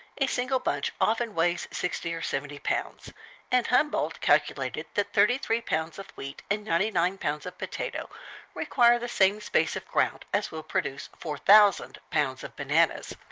a single bunch often weighs sixty or seventy pounds and humboldt calculated that thirty three pounds of wheat and ninety nine pounds of potatoes require the same space of ground as will produce four thousand pounds of bananas.